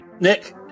Nick